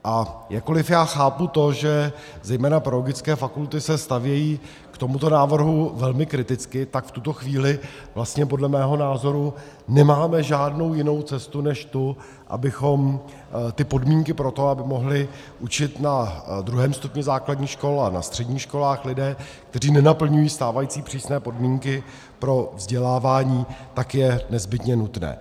A jakkoliv já chápu to, že zejména pedagogické fakulty se stavějí k tomuto návrhu velmi kriticky, tak v tuto chvíli vlastně podle mého názoru nemáme žádnou jinou cestu než tu, abychom ty podmínky pro to, aby mohli učit na druhém stupni základních škol a na středních školách lidé, kteří nenaplňují stávající přísné podmínky pro vzdělávání, tak je nezbytně nutné.